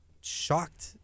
shocked